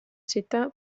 città